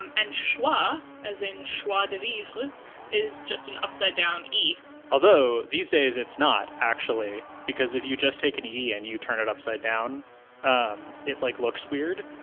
um and schwa, as in schwa de vivre is just an upside-down e. eli although, these days it's not actually, because if you just take an e e and you turn it upside-down, it like looks weird.